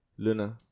Luna